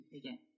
again